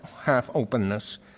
half-openness